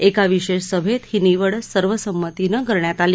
एका विशेष सभेत ही निवड सर्वसंमतीनं करण्यात आली